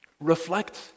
Reflect